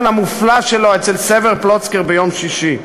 המופלא שלו אצל סבר פלוצקר ביום שישי.